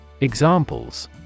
Examples